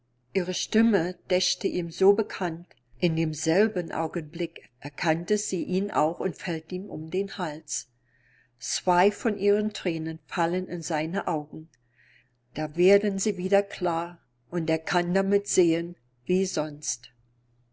ihre stimme däuchte ihm so bekannt in demselben augenblick erkannte sie ihn auch und fällt ihm um den hals zwei von ihren thränen fallen in seine augen da werden sie wieder klar und er kann damit sehen wie sonst